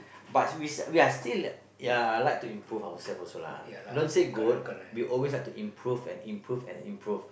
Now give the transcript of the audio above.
but we still we we are still ya like to improve ourselves also lah don't say good we always like to improve and improve and improve